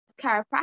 chiropractic